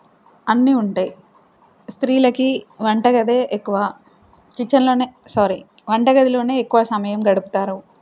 అన్నీ ఉంటాయి స్త్రీలకి వంటగదే ఎక్కువ కిచెన్లోనే సారీ వంటగదిలోనే ఎక్కువ సమయం గడుపుతారు